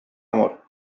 amor